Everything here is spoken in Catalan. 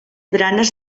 baranes